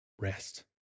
rest